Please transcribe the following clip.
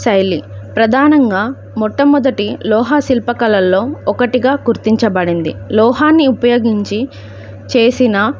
శైలి ప్రధానంగా మొట్టమొదటి లోహ శిల్పకళల్లో ఒకటిగా గుర్తించబడింది లోహాన్ని ఉపయోగించి చేసిన